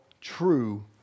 true